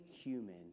human